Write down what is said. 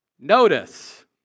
notice